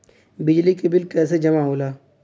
बिजली के बिल कैसे जमा होला?